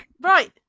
right